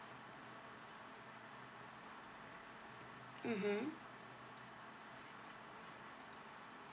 mmhmm